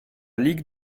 ligue